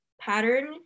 pattern